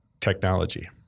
technology